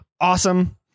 awesome